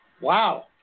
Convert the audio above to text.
Wow